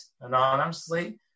anonymously